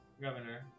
governor